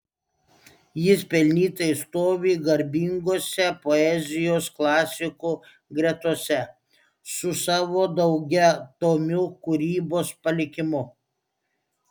jis pelnytai stovi garbingose poezijos klasikų gretose su savo daugiatomiu kūrybos palikimu